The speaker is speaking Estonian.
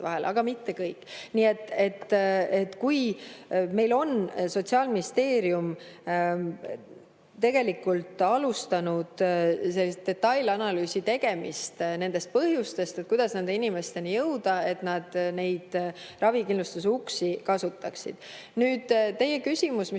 vahele, aga mitte kõik. Nii et meil on Sotsiaalministeerium tegelikult alustanud detailanalüüsi tegemist nendest põhjustest, kuidas nende inimesteni jõuda, et nad neid ravikindlustuse uksi kasutaksid. Nüüd, teie küsimus, mis